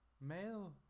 Male